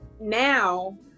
now